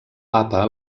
papa